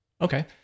Okay